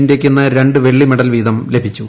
ഇന്ത്യയ്ക്ക് ഇന്ന് രണ്ട് വെള്ളി മെഡൽ വീതം ലഭിച്ചു